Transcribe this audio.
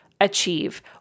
achieve